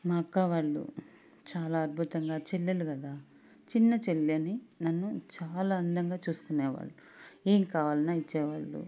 మా అక్క వాళ్ళు చాలా అద్భుతంగా చెల్లెలు కదా చిన్న చెల్లెలని నన్ను చాలా అందంగా చూసుకునేవాళ్ళు ఏం కావాలన్నా ఇచ్చేవాళ్ళు